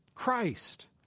Christ